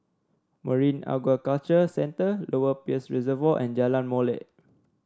Marine Aquaculture Centre Lower Peirce Reservoir and Jalan Molek